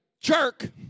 jerk